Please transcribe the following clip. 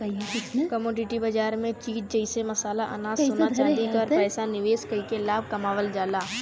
commodity बाजार में चीज जइसे मसाला अनाज सोना चांदी पर पैसा निवेश कइके लाभ कमावल जाला